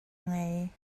ngei